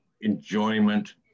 enjoyment